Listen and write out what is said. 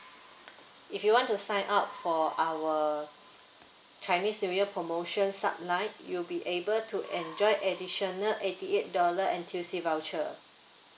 if you want to sign up for our chinese new year promotion sub line you'll be able to enjoy additional eighty eight dollar voucher